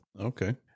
Okay